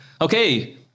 Okay